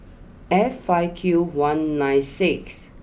F five Q one nine six